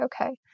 okay